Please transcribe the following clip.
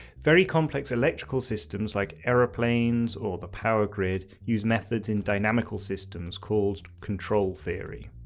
very complex electrical systems like aeroplanes or the power grid use methods in dynamical systems called control theory.